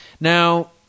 Now